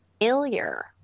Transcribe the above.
failure